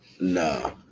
No